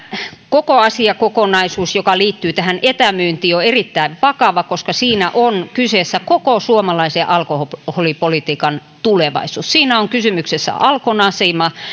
koko asiakokonaisuus joka liittyy tähän etämyyntiin on erittäin vakava koska siinä on kyseessä koko suomalaisen alkoholipolitiikan tulevaisuus siinä on kysymyksessä alkon asema